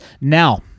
Now